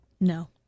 No